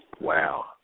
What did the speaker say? Wow